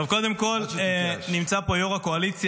טוב, קודם כול, נמצא פה יו"ר הקואליציה.